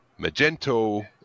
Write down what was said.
Magento